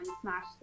smash